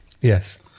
Yes